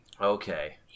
Okay